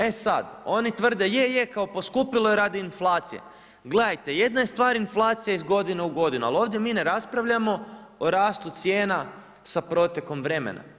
E sa oni tvrde, je je kao poskupilo je radi inflacije, gledajte jedna je stvar inflacija iz godine u godinu, al ovdje mi ne raspravljamo o rastu cijena sa protekom vremena.